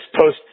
post